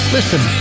Listen